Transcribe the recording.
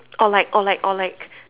or like or like or like